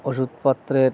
ওষুধপত্রের